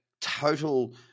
total